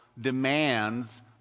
demands